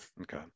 Okay